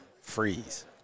freeze